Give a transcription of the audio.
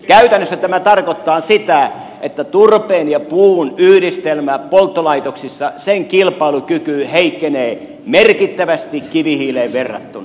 käytännössä tämä tarkoittaa sitä että turpeen ja puun yhdistelmä polttolaitoksissa sen kilpailukyky heikkenee merkittävästi kivihiileen verrattuna